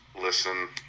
listen